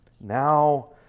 Now